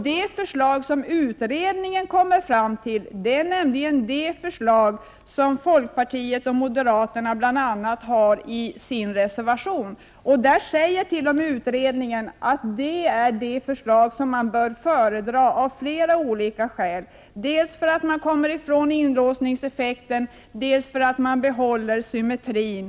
De förslag som utredningen kommer fram till är samma förslag som bl.a. folkpartiet och moderaterna har i sin reservation. Utredningen säger t.o.m. att detta är de förslag som man av flera olika skäl bör föredra, dels för att man kommer ifrån inlåsningseffekten, dels för att man behåller symmetrin.